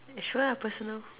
sure personal